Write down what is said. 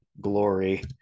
glory